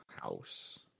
house